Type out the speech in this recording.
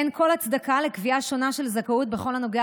אין כל הצדקה לקביעה שונה של זכאות בכל הנוגע